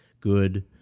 good